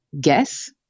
guess